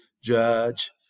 Judge